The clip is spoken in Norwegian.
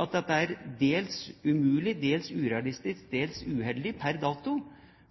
at dette er dels umulig, dels urealistisk, dels uheldig per dato,